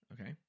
Okay